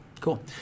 Cool